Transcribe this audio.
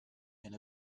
like